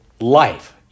Life